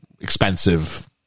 expensive